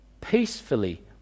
Peacefully